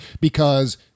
because-